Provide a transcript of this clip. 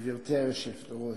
גברתי היושבת-ראש,